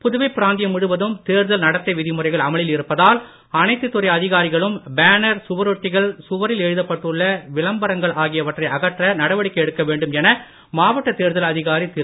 புதுவை பிராந்தியம் முழுவதும் தேர்தல் நடத்தை விதிமுறைகள் அமலில் இருப்பதால் அனைத்து துறை அதிகாரிகளும் பேனர் சுவரொட்டிகள் சுவரில் எழுதப்பட்டுள்ள விளம்பரங்கள் ஆகியவற்றை அகற்ற நடவடிக்கை எடுக்க வேண்டும் என மாவட்ட தேர்தல் அதிகாரி திரு